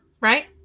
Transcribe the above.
right